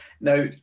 Now